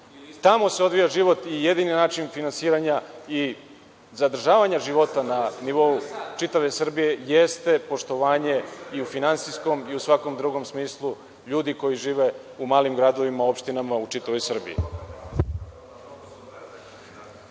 Tamo se odvija život i jedini način finansiranja i zadržavanja života na nivou čitave Srbije jeste poštovanje i u finansijskom i u svakom drugom smislu ljudi koji žive u malim gradovima, opštinama u čitavoj Srbiji.